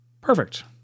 Perfect